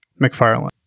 McFarlane